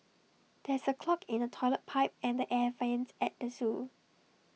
there is A clog in the Toilet Pipe and the air Vents at the Zoo